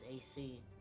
AC